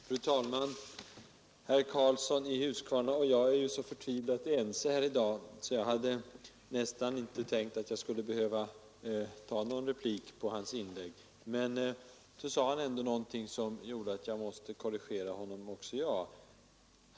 Fru talman! Herr Karlsson i Huskvarna och jag är så förtvivlat ense i dag att jag nästan inte hade tänkt att jag skulle behöva göra någon replik på hans inlägg. Men han sade något som gjorde att också jag måste korrigera honom.